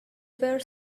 were